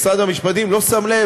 משרד המשפטים לא שם לב.